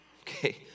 Okay